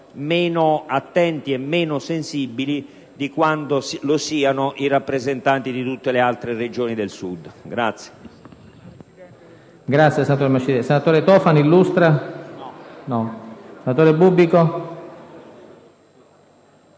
meno attenti e sensibili di quanto lo siano i rappresentanti di tutte le altre Regioni del Sud.